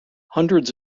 hundreds